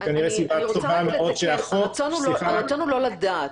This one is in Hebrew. כנראה סיבה מאוד שהחוק --- הרצון הוא לא לדעת,